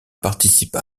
participe